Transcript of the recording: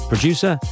Producer